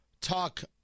talk